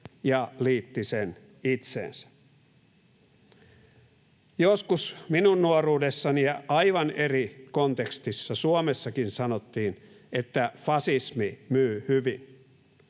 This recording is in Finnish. ja liitti sen itseensä. Joskus minun nuoruudessani ja aivan eri kontekstissa Suomessakin sanottiin, että fasismi myy hyvin.